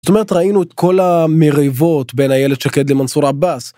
זאת אומרת ראינו את כל המריבות בין איילת שקד למנסור עבאס.